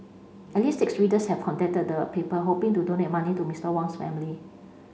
at least six readers have contacted the paper hoping to donate money to Mister Wang's family